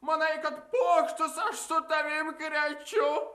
manai kad pokštus aš su tavim krečiu